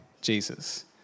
Jesus